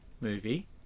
movie